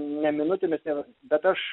ne minutėmis ir bet aš